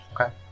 Okay